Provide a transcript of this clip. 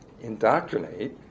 indoctrinate